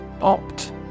Opt